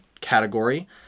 category